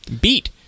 beat